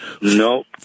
Nope